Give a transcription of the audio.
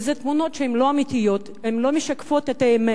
וזה תמונות שהן לא אמיתיות, הן לא משקפות את האמת.